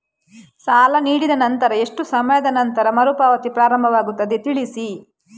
ಸಾಲ ನೀಡಿದ ನಂತರ ಎಷ್ಟು ಸಮಯದ ನಂತರ ಮರುಪಾವತಿ ಪ್ರಾರಂಭವಾಗುತ್ತದೆ ತಿಳಿಸಿ?